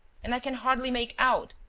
and i can hardly make out.